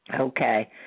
Okay